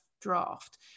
draft